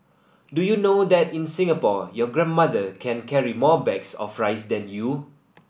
do you know that in Singapore your grandmother can carry more bags of rice than you